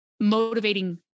motivating